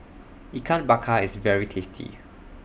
Ikan Bakar IS very tasty